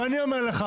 אני אומר לך,